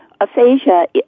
Aphasia